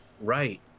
Right